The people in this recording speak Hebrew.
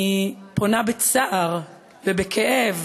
אני פונה בצער ובכאב